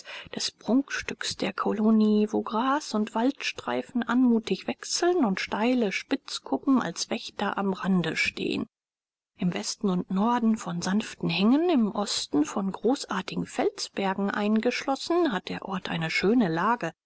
des prunkstücks der kolonie wo gras und waldstreifen anmutig wechseln und steile spitzkuppen als wächter am rande stehen im westen und norden von sanften hängen im osten von großartigen felsbergen eingeschlossen hat der ort eine schöne lage